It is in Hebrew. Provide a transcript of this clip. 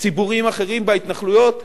ציבוריים אחרים בהתנחלויות,